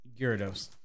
Gyarados